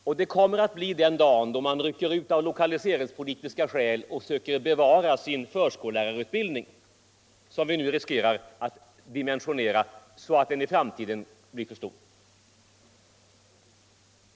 Den dag kommer då man av lokaliseringspolitiska skäl rycker ut och söker bevara sin förskollärarutbildning, som vi nu riskerar att dimensionera så att den i framtiden blir för stor.